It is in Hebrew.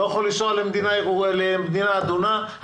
לא יכול לנסוע למדינה אדומה,